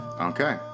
okay